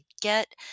get